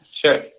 Sure